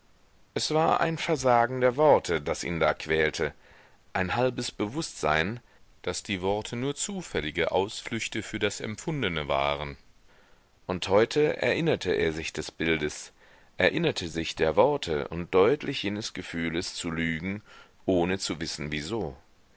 es war ein versagen der worte das ihn da quälte ein halbes bewußtsein daß die worte nur zufällige ausflüchte für das empfundene waren und heute erinnerte er sich des bildes erinnerte sich der worte und deutlich jenes gefühles zu lügen ohne zu wissen wieso